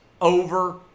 over